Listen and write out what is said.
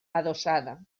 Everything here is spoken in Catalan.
adossada